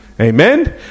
Amen